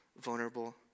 vulnerable